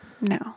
No